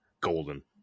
golden